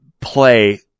play